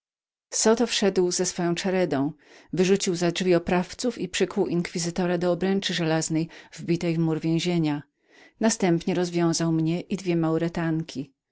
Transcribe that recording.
zoto wszedł z swoją czeredą wyrzucił za drzwi oprawców i przykuł inkwizytora do obręczy żelaznej wbitej w mur więzienia następnie rozwiązał mnie i dwie maurytanki